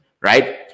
right